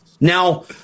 Now